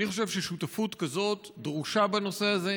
אני חושב ששותפות כזאת דרושה בנושא הזה.